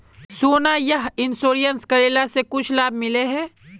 सोना यह इंश्योरेंस करेला से कुछ लाभ मिले है?